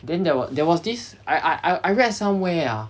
then there were there was this I I I read somewhere ah